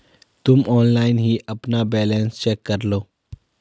तुम ऑनलाइन ही अपना बैलन्स चेक करलो